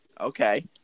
Okay